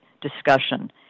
discussion